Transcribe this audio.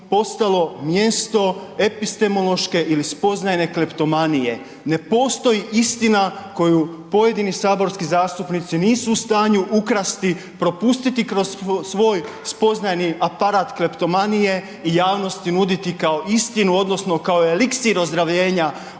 postalo mjesto epistemološke ili spoznajne kleptomanije. Ne postoji istina koju pojedini saborski zastupnici nisu u stanju ukrasti, propustiti kroz svoj spoznajni aparat kleptomanije i javnosti nuditi kao istinu, odnosno kao eliksir ozdravljenja